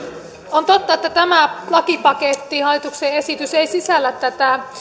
on totta että tämä lakipaketti hallituksen esitys ei sisällä tätä